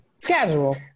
casual